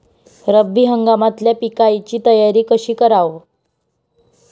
रब्बी हंगामातल्या पिकाइची तयारी कशी कराव?